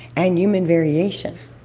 and human variation.